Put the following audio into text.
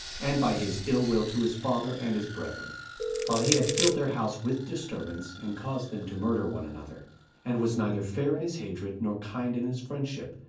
and by his ill-will to his father and his brethren while he had filled their house with disturbance, and caused them to murder one another and was neither fair in his hatred, nor kind in his friendship,